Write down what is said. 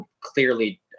clearly